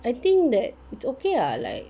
I think that it's okay lah like